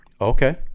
Okay